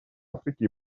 африки